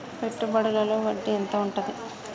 పెట్టుబడుల లో వడ్డీ ఎంత ఉంటది?